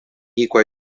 hikuái